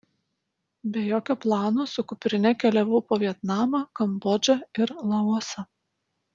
be jokio plano su kuprine keliavau po vietnamą kambodžą ir laosą